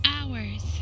Hours